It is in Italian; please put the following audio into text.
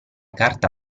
carta